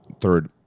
third